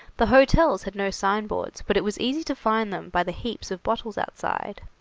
the hotels had no signboards, but it was easy to find them by the heaps of bottles outside.